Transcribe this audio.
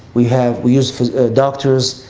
we have we used for a doctors,